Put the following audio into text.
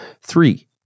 three